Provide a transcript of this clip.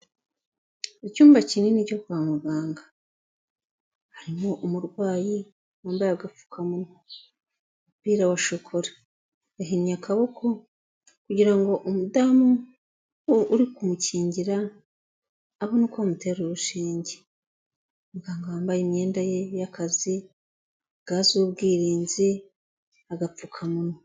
Icyumba kinini cyo kwa muganga, harimo umurwayi wambaye agapfukamunwa, umupira wa shokora yahinnye akaboko kugira ngo umudamu uri kumukingira abona uko amutera urushinge, muganga wambaye imyenda ye y'akazi ga z'ubwirinzi agapfukamunwa.